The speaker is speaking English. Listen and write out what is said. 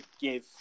give